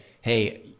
Hey